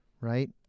right